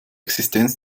existenz